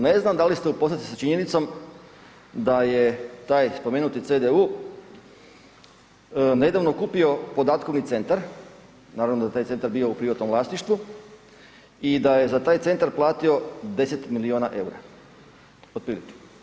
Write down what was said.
Ne znam da li ste upoznati sa činjenicom da je taj spomenuti CDU nedavno kupio podatkovni centar, naravno da je taj centar bio u privatnom vlasništvu i da je za taj centar platio 10 milijuna EUR-a, otprilike.